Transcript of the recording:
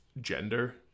Gender